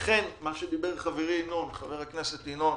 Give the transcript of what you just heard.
לכן מה שאמר חברי חבר הכנסת ינון,